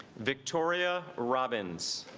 victoria robins